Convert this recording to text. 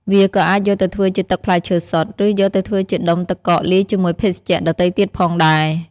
វាក៏អាចយកទៅធ្វើជាទឹកផ្លែឈើសុទ្ធ ឬយកទៅធ្វើជាដុំទឹកកកលាយជាមួយភេសជ្ជៈដទៃទៀតផងដែរ។